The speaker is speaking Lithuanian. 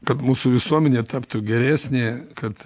kad mūsų visuomenė taptų geresnė kad